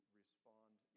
respond